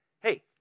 Hey